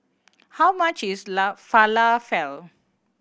how much is Falafel